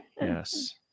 Yes